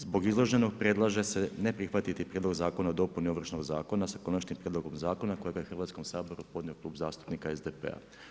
Zbog izloženog predlaže se ne prihvatiti Prijedlog zakona o dopuni Ovršnog zakona sa Konačnim prijedlogom zakona kojega je Hrvatskom saboru podnio Klub zastupnika SDP-a.